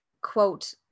quote